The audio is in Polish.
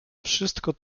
wszystko